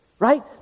Right